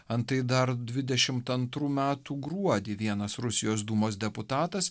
antai dar dvidešimt antrų metų gruodį vienas rusijos dūmos deputatas